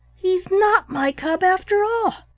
he's not my cub after all,